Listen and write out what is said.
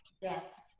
yes.